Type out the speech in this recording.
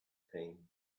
pain